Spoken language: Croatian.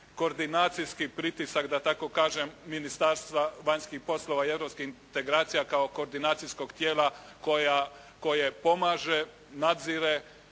koordinacijski pritisak da tako kažem Ministarstva vanjskih poslova i europskih integracija kao koordinacijskog tijela koje pomaže, nadzire